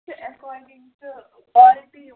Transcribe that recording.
to according to quality